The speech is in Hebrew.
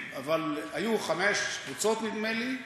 אבל היו חמש קבוצות, נדמה לי,